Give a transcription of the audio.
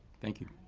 thank you.